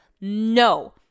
no